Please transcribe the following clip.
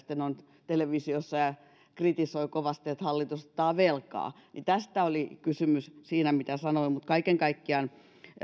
on televisiossa ja kritisoi kovasti että hallitus ottaa velkaa tästä oli kysymys siinä mitä sanoin kaiken kaikkiaan